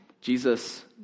Jesus